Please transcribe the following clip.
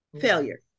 Failure